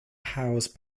house